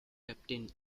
captain